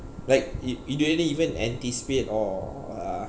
like it you don't even anticipate or uh